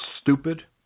stupid